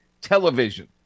television